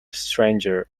stranger